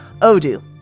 Odoo